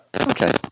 okay